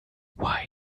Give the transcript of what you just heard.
why